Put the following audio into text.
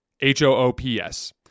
H-O-O-P-S